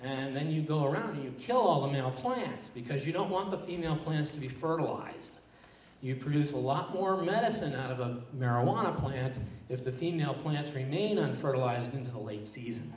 and then you go around you kill all the male plants because you don't want the female plants to be fertilized you produce a lot more medicine out of the marijuana plants if the female plants remain unfertilized until late season